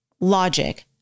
logic